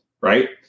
right